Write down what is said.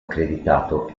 accreditato